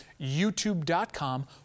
youtube.com